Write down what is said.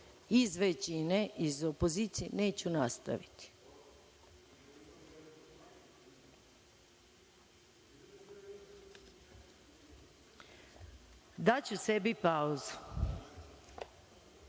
iz većine, iz opozicije, neću nastaviti. Daću sebi pauzu